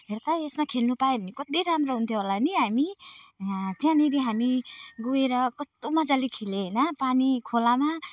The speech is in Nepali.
हेर त यसमा खेल्नु पायो भने कति राम्रो हुन्थ्यो होला नि हामी त्यहाँनिर हामी गएर कस्तो मजाले खेलेँ होइन पानी खोलामा